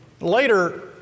Later